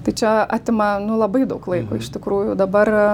tai čia atima nu labai daug laiko iš tikrųjų dabar